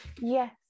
Yes